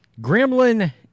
Gremlin